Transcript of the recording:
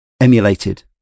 emulated